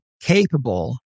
capable